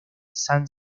san